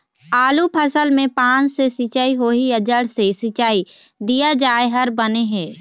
आलू फसल मे पान से सिचाई होही या जड़ से सिचाई दिया जाय हर बने हे?